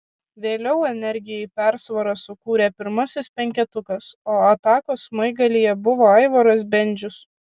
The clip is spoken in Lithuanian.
vėliau energijai persvarą sukūrė pirmasis penketukas o atakos smaigalyje buvo aivaras bendžius